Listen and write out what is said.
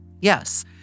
Yes